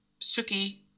Suki